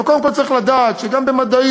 אבל קודם כול צריך לדעת שגם במדעים,